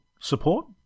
support